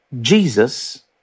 Jesus